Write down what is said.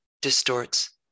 distorts